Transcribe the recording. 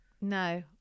no